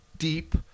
Deep